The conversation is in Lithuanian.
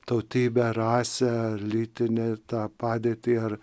tautybę rasę lytinę tą padėtį ar